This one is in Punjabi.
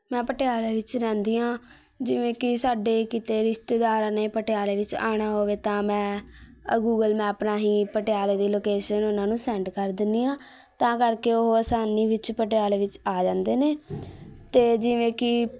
ਮੈਂ ਪਟਿਆਲੇ ਵਿੱਚ ਰਹਿੰਦੀ ਹਾਂ ਜਿਵੇਂ ਕਿ ਸਾਡੇ ਕਿਤੇ ਰਿਸ਼ਤੇਦਾਰਾਂ ਨੇ ਪਟਿਆਲੇ ਵਿੱਚ ਆਉਣਾ ਹੋਵੇ ਤਾਂ ਮੈਂ ਗੂਗਲ ਮੈਪ ਰਾਹੀਂ ਪਟਿਆਲੇ ਦੀ ਲੋਕੇਸ਼ਨ ਉਨ੍ਹਾਂ ਨੂੰ ਸੈਂਡ ਕਰ ਦਿੰਦੀ ਹਾਂ ਤਾਂ ਕਰਕੇ ਉਹ ਆਸਾਨੀ ਵਿੱਚ ਪਟਿਆਲੇ ਵਿੱਚ ਆ ਜਾਂਦੇ ਨੇ ਅਤੇ ਜਿਵੇਂ ਕਿ